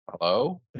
hello